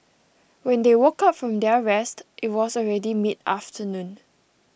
when they woke up from their rest it was already midafternoon